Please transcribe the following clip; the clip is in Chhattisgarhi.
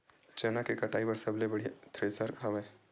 चना के कटाई बर सबले बने थ्रेसर हवय?